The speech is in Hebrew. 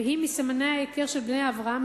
והיא מסימני ההיכר של בני אברהם,